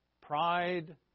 pride